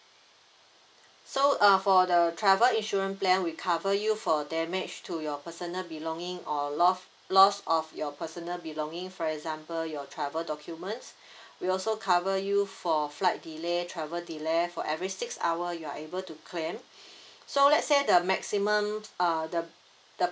so uh for the travel insurance plan we cover you for damage to your personal belonging or loss loss of your personal belonging for example your travel documents we also cover you for flight delay travel delay for every six hour you are able to claim so let's say the maximum uh the the